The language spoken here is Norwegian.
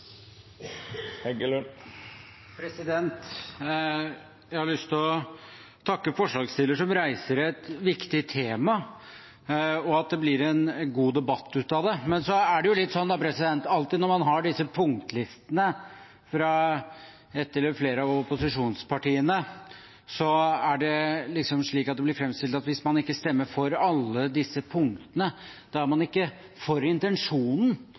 Jeg har lyst til å takke forslagsstilleren, som reiser et viktig tema, og for at det blir en god debatt ut av det. Men alltid når man har disse punktlistene fra ett eller flere av opposisjonspartiene, blir det framstilt slik at hvis man ikke stemmer for alle disse punktene, så er man ikke for intensjonen